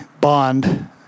bond